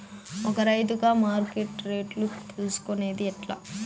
ఒక రైతుగా మార్కెట్ రేట్లు తెలుసుకొనేది ఎట్లా?